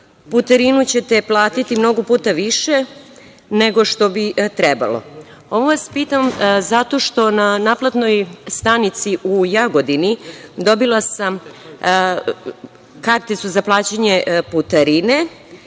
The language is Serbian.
putarinu ćete platiti mnogo puta više nego što bi trebalo. Ovo vas pitam zato što na naplatnoj stanici u Jagodini dobila sam karticu za plaćanje putarine